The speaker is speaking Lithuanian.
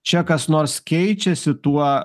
čia kas nors keičiasi tuo